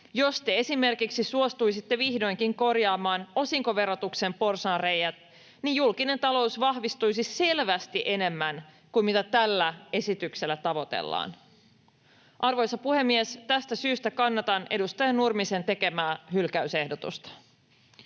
Jos te esimerkiksi suostuisitte vihdoinkin korjaamaan osinkoverotuksen porsaanreiät, niin julkinen talous vahvistuisi selvästi enemmän kuin mitä tällä esityksellä tavoitellaan. Arvoisa puhemies! Tästä syystä kannatan edustaja Nurmisen tekemää hylkäysehdotusta.